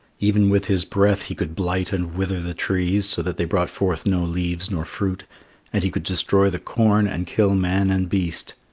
even with his breath he could blight and wither the trees, so that they brought forth no leaves nor fruit and he could destroy the corn and kill man and beast.